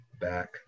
back